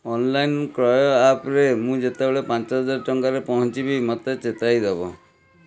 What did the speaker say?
online କ୍ରୟ ଆପ୍ରେ ମୁଁ ଯେତେବେଳେ ପାଞ୍ଚ ହଜାର ଟଙ୍କାରେ ପହଞ୍ଚିବି ମୋତେ ଚେତାଇଦେବ